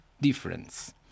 difference